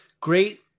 great